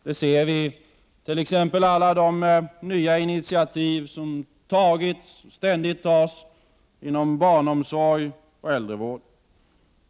Vi ser t.ex. alla de nya initiativ som har tagits och som ständigt tas inom barnomsorg och äldrevård.